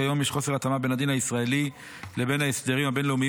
כיום יש חוסר התאמה בין הדין הישראלי לבין ההסדרים הבין-לאומיים